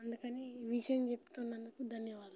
అందుకని ఈ విషయం చెప్తున్నందుకు ధన్యవాదాలు